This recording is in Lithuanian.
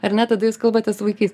ar ne tada jūs kalbate su vaikais